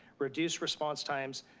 reduced response times,